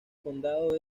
condado